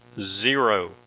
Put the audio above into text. Zero